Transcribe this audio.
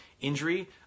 injury